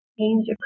change